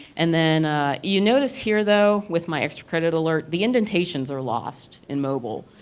and then you notice here though with my extra credit alert, the indentations are lost in mobile.